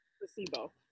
Placebo